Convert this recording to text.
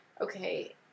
Okay